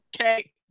okay